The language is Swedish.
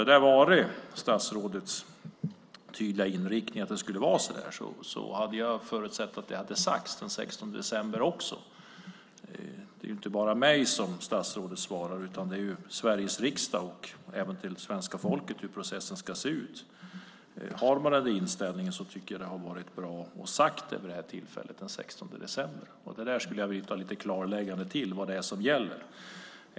Har det varit statsrådets tydliga inriktning att det skulle vara så där hade jag förutsatt att det hade sagts den 16 december också. Det är inte bara mig som statsrådet svarar utan det är ju Sveriges riksdag och även svenska folket som får veta hur processen ska se ut. Har statsrådet en inställning tycker jag att det hade varit bra om hon hade sagt det vid det här tillfället den 16 december. Jag skulle vilja få ett klarläggande av vad som gäller.